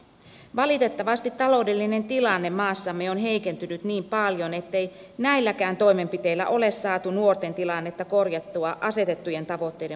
valitettavasti taloudellinen tilanne maassamme on heikentynyt niin paljon ettei näilläkään toimenpiteillä ole saatu nuorten tilannetta korjattua asetettujen tavoitteiden mukaisesti